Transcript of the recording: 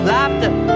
Laughter